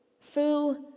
full